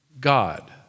God